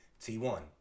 T1